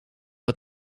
het